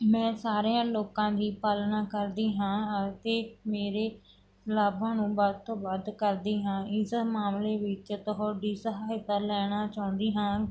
ਮੈਂ ਸਾਰਿਆਂ ਲੋਕਾਂ ਦੀ ਪਾਲਣਾ ਕਰਦੀ ਹਾਂ ਅਤੇ ਮੇਰੇ ਲਾਭਾਂ ਨੂੰ ਵੱਧ ਤੋਂ ਵੱਧ ਕਰਦੀ ਹਾਂ ਇਸ ਮਾਮਲੇ ਵਿੱਚ ਤੁਹਾਡੀ ਸਹਾਇਤਾ ਲੈਣਾ ਚਾਹੁੰਦੀ ਹਾਂ